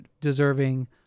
deserving